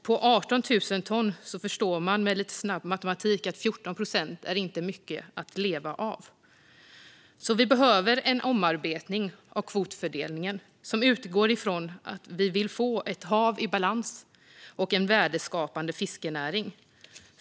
På 18 000 ton förstår man med lite snabb matematik att 14 procent inte är mycket att leva av. Vi behöver en omarbetning av kvotfördelningen som utgår ifrån att vi vill få ett hav i balans och en värdeskapande fiskenäring.